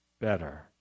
better